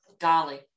golly